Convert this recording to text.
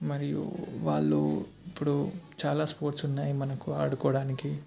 మరియు వాళ్ళు ఇప్పుడు చాలా స్పోర్ట్స్ ఉన్నాయి మనకు ఆడుకోవడానికి